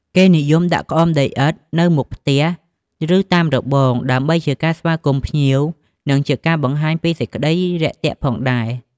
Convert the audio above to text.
គេនិយមដាក់ក្អមដីឥដ្ឋនៅមុខផ្ទះ ឬតាមរបង ដើម្បីជាការស្វាគមន៍ភ្ញៀវ និងជាការបង្ហាញពីសេចក្តីរាក់ទាក់ផងដែរ។